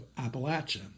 Appalachia